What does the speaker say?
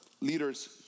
leaders